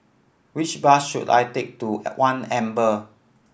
which bus should I take to One Amber